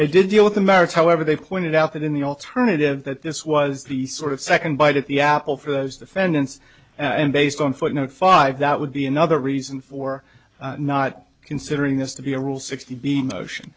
didn't deal with the merits however they pointed out that in the alternative that this was the sort of second bite at the apple for those defendants and based on footnote five that would be another reason for not considering this to be a rule sixty b motion